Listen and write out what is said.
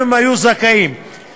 אם הם היו זכאים במועד